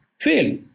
fail